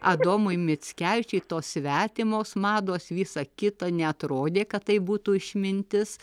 adomui mickevičiui tos svetimos mados visa kita neatrodė kad tai būtų išmintis